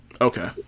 Okay